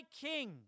king